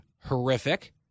horrific